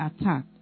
attack